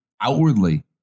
outwardly